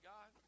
God